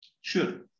Sure